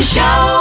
Show